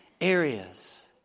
areas